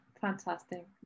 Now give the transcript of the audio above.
fantastic